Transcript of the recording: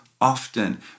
often